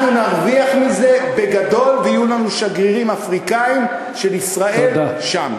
אנחנו נרוויח מזה בגדול ויהיו לנו שגרירים אפריקנים של ישראל שם.